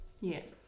Yes